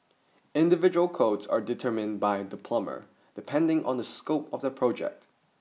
individual quotes are determined by the plumber depending on the scope of the project